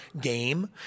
game